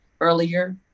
earlier